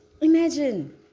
Imagine